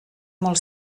molt